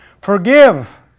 Forgive